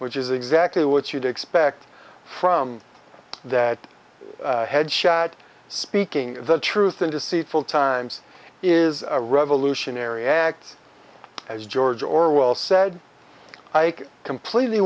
which is exactly what you'd expect from that head shot speaking the truth in deceitful times is a revolutionary act as george orwell said ike completely